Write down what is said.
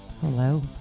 hello